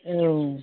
औ